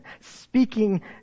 speaking